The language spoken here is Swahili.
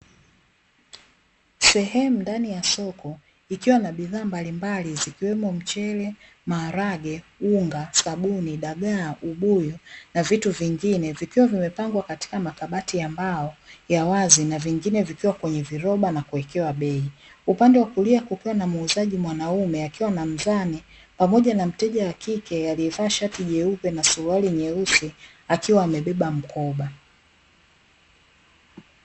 Sehemu ndani ya soko ikiwa na bidhaa mbalimbali zikiwemo mchele, maharage, unga, sabuni, dagaa, ubuyu na vitu vingine vikiwa vimepangwa katika makabati ya mbao ya wazi na vingine vikiwa kwenye viroba na kuwekewa bei upande wa kulia kukiwa na muuzaji mwanaume akiwa na mzani pamoja na mteja wa kike aliyevaa shati jeupe na suruali nyeusi akiwa amebeba mkoba.